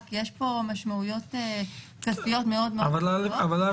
רק יש פה משמעויות כספיות מאוד מאוד כבדות,